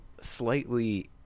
slightly